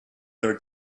their